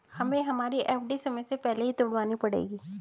हमें हमारी एफ.डी समय से पहले ही तुड़वानी पड़ेगी